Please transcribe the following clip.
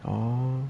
oh